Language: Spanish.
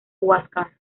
huáscar